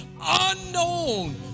unknown